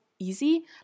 easy